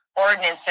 ordinances